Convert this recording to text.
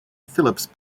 phillips